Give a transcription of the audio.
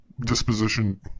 disposition